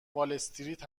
والاستریت